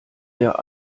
der